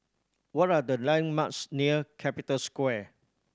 what are the landmarks near Capital Square